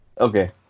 Okay